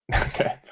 Okay